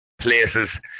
places